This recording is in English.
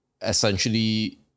essentially